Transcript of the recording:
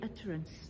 utterance